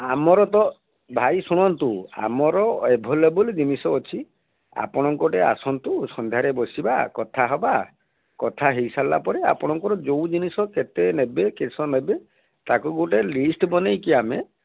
ଆମର ତ ଭାଇ ଶୁଣନ୍ତୁ ଆମର ଆଭେଲେବଲ୍ ଜିନିଷ ଅଛି ଆପଣ ଆସନ୍ତୁ ସନ୍ଧ୍ୟାରେ ବସିବା କଥା ହେବା କଥା ହେଇସାରିଲା ପରେ ଆପଣଙ୍କର ଯେଉଁ ଜିନିଷ କେତେ ନେବେ କିସ ନେବେ ତାକୁ ଗୋଟେ ଲିଷ୍ଟ୍ ବନେଇକି ଆମେ